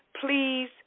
Please